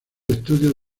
estudios